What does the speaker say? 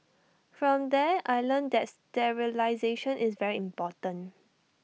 from there I learnt that sterilisation is very important